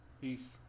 Peace